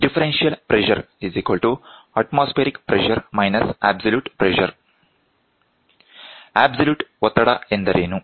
Differential pressure Atmospheric pressure - Absolute pressure differential pressure atmospheric pressure absolute pressure absolute ಒತ್ತಡ ಎಂದರೇನು